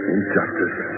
Injustice